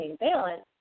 balance